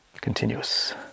Continuous